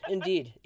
Indeed